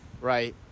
right